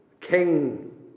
King